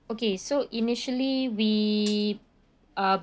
okay so initially we uh